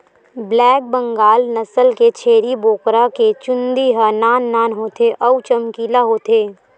black Bengal नसल के छेरी बोकरा के चूंदी ह नान नान होथे अउ चमकीला होथे